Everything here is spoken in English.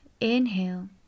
inhale